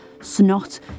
snot